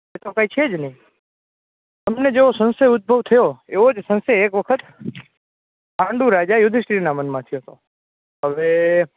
એતો કાંઈ છે જ નહીં તમને જેવો સંશય ઉદ્ભવ થયો એવો જ સંશય એક વખત પાંડુ રાજા યુધિષ્ટિરના મનમાં થયો હતો હવે